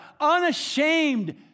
unashamed